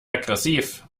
aggressiv